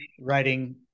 writing